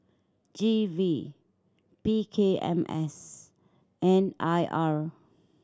G V P K M S and I R